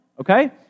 okay